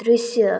दृश्य